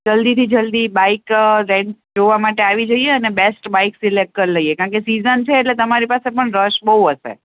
જલ્દીથી જલ્દી bike rent જોવા માટે આવી જઈએ અને બેસ્ટ બાઇક સિલેક્ટ કરી લઈએ કારણ કે સિજન છે એટલે તમારી પાસે પણ રશ બહુ હશે